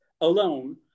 alone